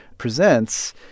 presents